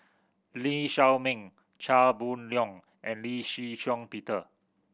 Lee Shao Meng Chia Boon Leong and Lee Shih Shiong Peter